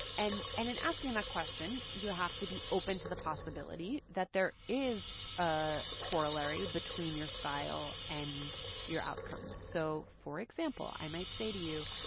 and and in asking that question, you have to be open to the possibility that there is a corollary between your style and your outcomes so for example, i might say to you,